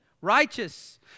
righteous